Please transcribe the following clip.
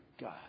God